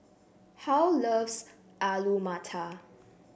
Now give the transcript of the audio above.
Harl loves Alu Matar